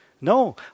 No